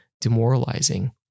demoralizing